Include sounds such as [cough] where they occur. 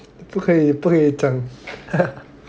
不可以不可以讲 [laughs]